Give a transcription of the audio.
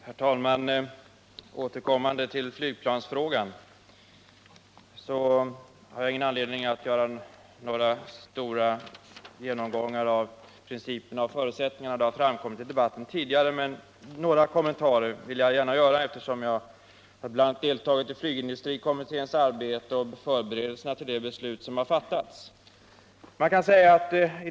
Herr talman! Jag återgår till flygplansfrågan. Jag har ingen anledning att göra några stora genomgångar av principerna och förutsättningarna — de har framkommit tidigare i debatten. Men några kommentarer vill jag gärna göra, eftersom jag bl.a. har deltagit i flygindustrikommitténs arbete och förberedelserna till det beslut som har fattats.